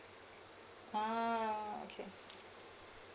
oh okay